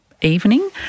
evening